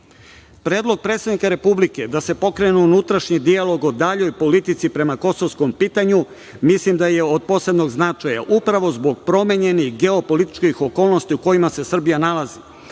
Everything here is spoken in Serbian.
predsednika Republike da se pokrene unutrašnji dijalog o daljoj politici prema kosovskom pitanju mislim da je od posebnog značaja, upravo zbog promenjenih geopolitičkih okolnosti u kojima se Srbija nalazi.